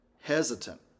hesitant